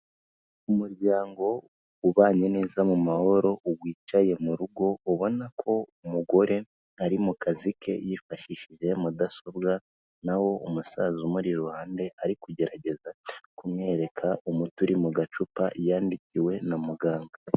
Umuryango ubanye neza mu mahoro wicaye mu rugo, ubona ko umugore ari mu kazi ke yifashishije mudasobwa naho umusaza umuri iruhande ari kugerageza kumwereka umuti uri mu gacupa yandikiwe na muganga.